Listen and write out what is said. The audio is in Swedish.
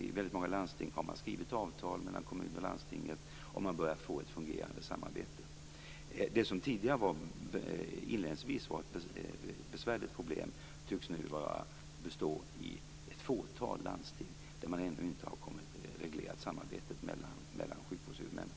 I väldigt många landsting har man skrivit avtal med kommunerna, och man börjar få ett fungerande samarbete. Det inledningsvis besvärliga problemet tycks nu bara bestå i ett fåtal landsting, där man ännu inte har reglerat samarbetet mellan sjukvårdshuvudmännen.